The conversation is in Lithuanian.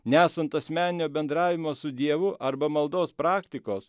nesant asmeninio bendravimo su dievu arba maldos praktikos